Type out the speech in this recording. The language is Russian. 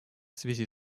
связи